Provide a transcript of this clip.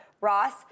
Ross